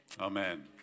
Amen